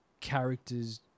character's